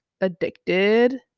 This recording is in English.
addicted